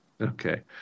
Okay